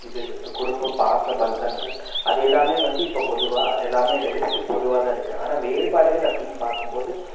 இது குடும்ப பாச பந்தங்கள் அது எல்லாமே வந்து இப்போ பொதுவாக எல்லாமே ரெண்டு பேர்த்துக்கும் பொதுவாகதான் இருக்குது ஆனால் வேறுபாடுகள் அப்படினு பார்க்கும் போது